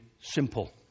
simple